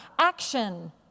action